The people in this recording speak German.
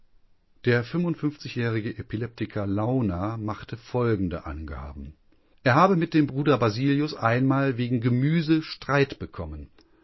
der jährige epileptiker launer machte folgende angaben er habe mit dem bruder basilius einmal wegen gemüse streit bekommen